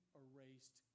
erased